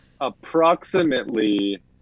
approximately